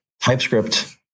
TypeScript